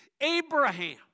Abraham